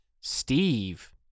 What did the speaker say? Steve